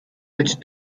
which